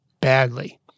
badly